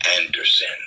Anderson